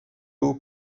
law